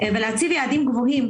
ולהציב יעדים גבוהים.